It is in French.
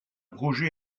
projet